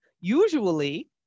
usually